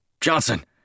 Johnson